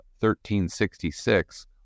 1366